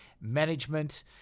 management